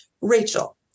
Rachel